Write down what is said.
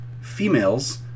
females